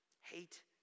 Hate